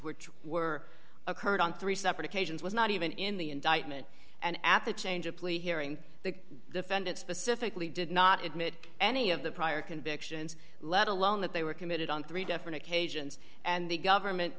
true were occurred on three separate occasions was not even in the indictment and at the change of plea hearing the defendant specifically did not admit any of the prior convictions let alone that they were committed on three different occasions and the government